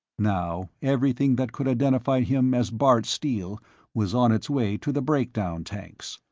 now everything that could identify him as bart steele was on its way to the breakdown tanks.